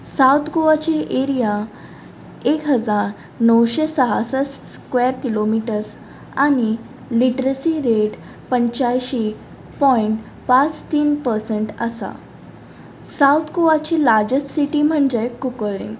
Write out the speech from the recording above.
south गोवाची area एक हजार णोवशे सहासश्ट स्क्वॅर किलोमिटर्ज आनी लिट्रसी रेट पंच्यांयशीं पॉयंट पांच तीन पर्संट आसा सावथ गोवाची लार्जस्ट सिटी म्हणजे कुंकळ्ळे